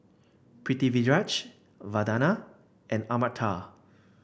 Pritiviraj Vandana and Amartya